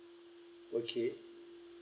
okay